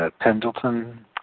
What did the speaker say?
Pendleton